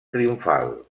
triomfal